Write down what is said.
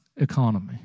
economy